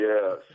Yes